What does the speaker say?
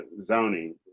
zoning